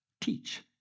teach